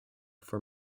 for